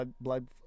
blood